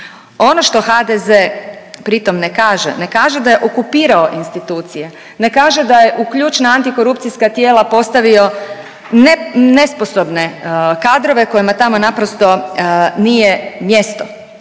Ono što HDZ pri tom ne kaže, ne kaže da je okupirao institucije, ne kaže da je u ključna antikorupcijska tijela postavio nesposobne kadrove kojima tamo naprosto nije mjesto